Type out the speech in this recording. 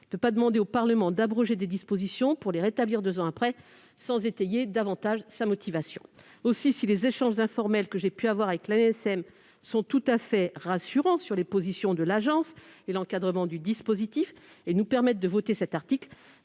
Comment demander au Parlement d'abroger des dispositions, pour les rétablir deux ans après, sans étayer davantage sa motivation ? Si les échanges informels que j'ai pu avoir avec l'ANSM sont tout à fait rassurants sur les positions de l'agence et l'encadrement du dispositif et nous permettent de voter cet article,